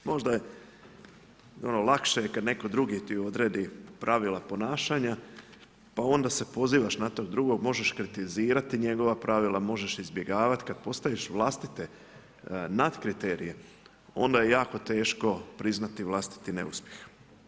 Možda je i ono lakše je kad netko drugi ti odredi pravila ponašanja pa onda se pozivaš na tog drugog, možeš kritizirati njegova pravila, možeš izbjegavati kada postaviš vlastite nadkriterije onda je jako teško priznati vlastiti neuspjeh.